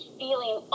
feeling